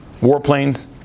warplanes